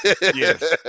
Yes